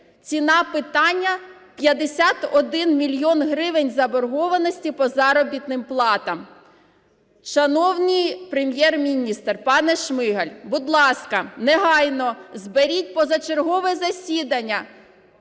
Ціна питання – 51 мільйон гривень заборгованості по заробітним платам. Шановний Прем'єр-міністр, пане Шмигаль, будь ласка, негайно зберіть позачергове засідання